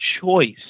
choice